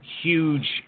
huge